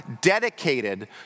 dedicated